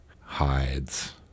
hides